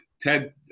Ted